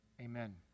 amen